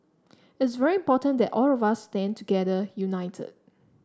it's very important that all of us stand together united